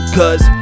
cause